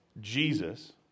Jesus